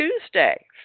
Tuesday